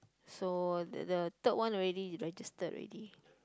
so the the third one you already registered already